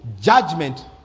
judgment